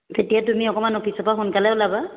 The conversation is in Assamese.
তেতিয়া তুমি অকণমান অফিচৰ পৰা সোনকালে উলাবা